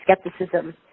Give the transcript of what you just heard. skepticism